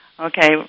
Okay